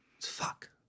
Fuck